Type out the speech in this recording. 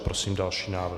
Prosím o další návrh.